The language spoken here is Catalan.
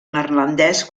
neerlandès